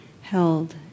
held